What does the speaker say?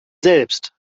selbst